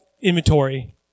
inventory